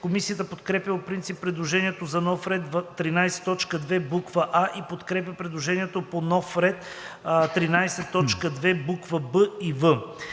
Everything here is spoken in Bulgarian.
Комисията подкрепя по принцип предложението за нов ред 13.2., буква „а“ и подкрепя предложението по нов ред 13.2., буква „б“ и